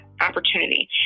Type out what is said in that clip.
opportunity